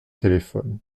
téléphone